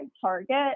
target